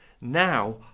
Now